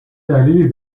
دلیلی